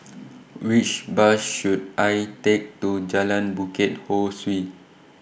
Which Bus should I Take to Jalan Bukit Ho Swee